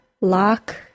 lock